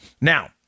Now